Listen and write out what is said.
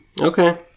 Okay